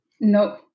No